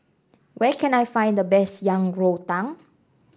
where can I find the best Yang Rou Tang